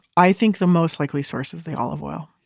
i think the most likely source is the olive oil,